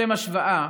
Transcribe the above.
לשם השוואה,